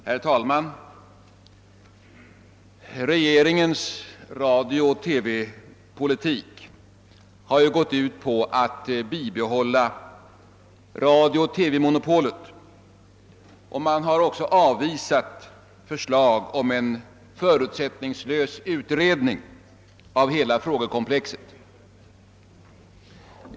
Herr talman! Regeringens radiooch TV-politik har ju gått ut på att bibehålla radiooch TV-monopolet, och man har också avvisat förslag om en förutsättningslös utredning av hela frågekomplexet.